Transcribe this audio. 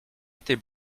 était